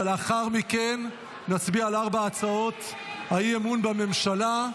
ולאחר מכן נצביע על ארבע הצעות האי-אמון בממשלה.